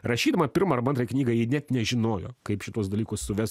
rašydama pirmą arba antrą knygą ji net nežinojo kaip šituos dalykus suves